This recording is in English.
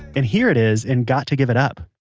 and here it is in got to give it up